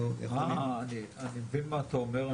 אני מבין מה אתה אומר.